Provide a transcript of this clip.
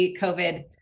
COVID